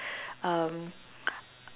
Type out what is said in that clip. um